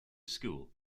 school